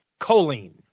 Choline